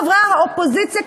חברי האופוזיציה,